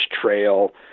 trail